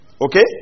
Okay